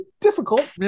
difficult